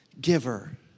giver